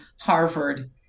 Harvard